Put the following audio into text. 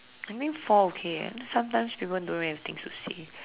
I mean four okay eh sometimes people don't really have things to see